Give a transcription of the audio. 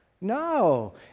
No